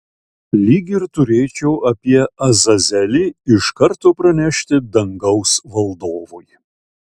lyg ir turėčiau apie azazelį iš karto pranešti dangaus valdovui